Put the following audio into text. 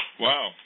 Wow